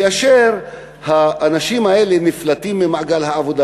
כאשר האנשים האלה נפלטים ממעגל העבודה.